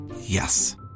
Yes